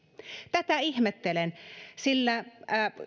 tätä ihmettelen sillä